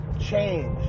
change